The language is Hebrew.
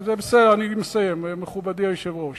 זה בסדר, אני מסיים, מכובדי היושב-ראש.